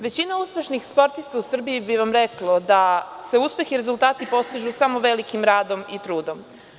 Većina uspešnih sportista u Srbiji bi vam reklo da se uspeh i rezultati postižu samo velikim radom i trudom.